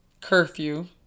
curfew